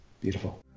Beautiful